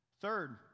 Third